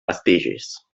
vestigis